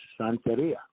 Santeria